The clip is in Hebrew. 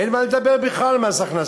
אין מה לדבר בכלל על מס הכנסה,